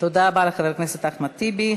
תודה רבה לחבר הכנסת אחמד טיבי.